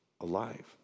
alive